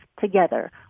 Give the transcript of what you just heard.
together